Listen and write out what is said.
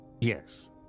Yes